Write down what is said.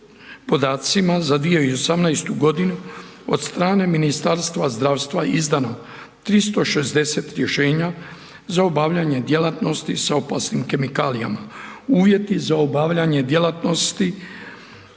podacima za 2018.g. od strane Ministarstva zdravstva izdano 360 rješenja za obavljanje djelatnosti sa opasnim kemikalijama uvjeti za obavljanje djelatnosti